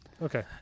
Okay